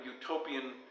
utopian